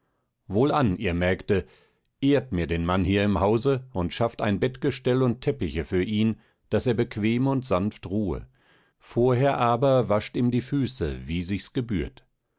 wohlan ihr mägde ehrt mir den mann hier im hause und schafft ein bettgestell und teppiche für ihn daß er bequem und sanft ruhe vorher aber wascht ihm die füße wie sich's gebührt